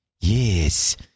Yes